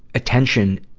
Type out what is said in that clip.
attention,